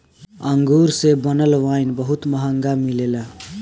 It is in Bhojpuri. अंगूर से बनल वाइन बहुत महंगा मिलेला